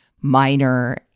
minor